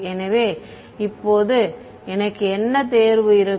எனவே இப்போது எனக்கு என்ன தேர்வு இருக்கும்